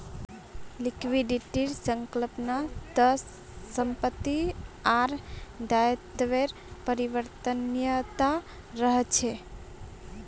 लिक्विडिटीर संकल्पना त संपत्ति आर दायित्वेर परिवर्तनीयता रहछे